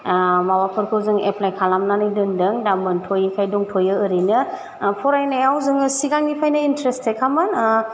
माबाफोरखौ जों एफ्लाय खालामनानै दोनदों दा मोनथ'यैखाय दंथ'यो ओरैनो फरायनायाव जोङो सिगांनिफ्रायनो इन्ट्रेस्टेदखामोन